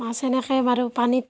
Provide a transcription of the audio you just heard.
মাছ এনেকেই মাৰো পানীত